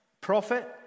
prophet